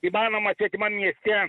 įmanoma svetimam mieste